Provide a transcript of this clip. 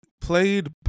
played